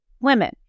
women